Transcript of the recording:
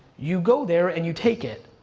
you go there and you take it.